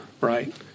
right